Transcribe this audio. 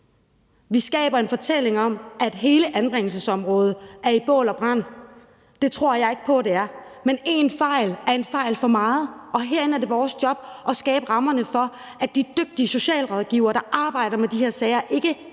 Vi skaber en fortælling om, at hele anbringelsesområdet står i flammer. Det tror jeg ikke på det gør, men én fejl er en fejl for meget, og herinde er det vores job at skabe rammerne for, at de dygtige socialrådgivere, der arbejder med de her sager, ikke